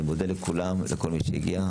אני מודה לכולם, לכל מי שהגיע.